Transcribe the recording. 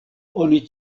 oni